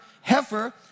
heifer